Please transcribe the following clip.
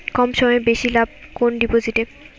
কম সময়ে বেশি লাভ কোন ডিপোজিটে?